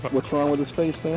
but what's wrong with his face so